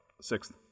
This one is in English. Sixth